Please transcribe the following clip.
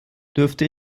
dürfte